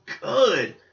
good